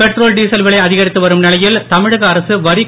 petrol diesel விலை அதிகரித்து வரும் நிலையில் தமிழக அரசு வரிக்